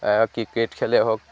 cricket খেলেই হওক